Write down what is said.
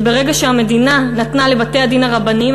שברגע שהמדינה נתנה לבתי-הדין הרבניים